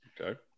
Okay